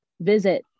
visit